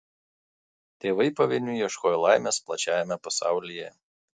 tėvai pavieniui ieškojo laimės plačiajame pasaulyje